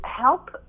help